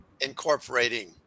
incorporating